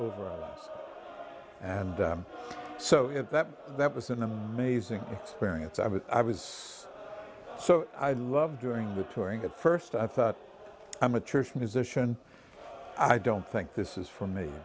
over us and so at that that was an amazing experience i mean i was so i love during the touring at first i thought i'm a church musician i don't think this is for me